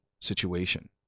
situation